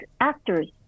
actors